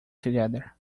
together